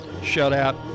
shutout